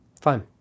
fine